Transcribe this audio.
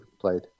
played